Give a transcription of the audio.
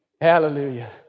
Hallelujah